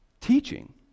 teaching